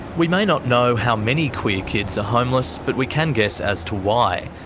we may not know how many queer kids are homeless but we can guess as to why.